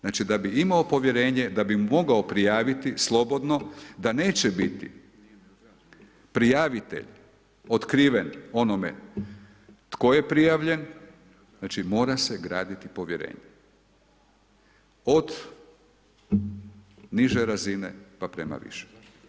Znači da bi imao povjerenje da bi mogao prijaviti slobodno da neće biti prijavitelj otkriven onome tko je prijavljen, znači mora se graditi povjerenje od niže razine pa prema višoj.